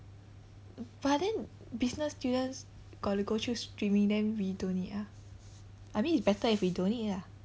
but then business students got to go through streaming then we don't need ah I mean it's better if we don't need ah